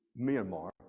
Myanmar